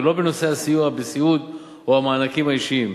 ולא בנושא הסיוע בסיעוד או מענקים אישיים,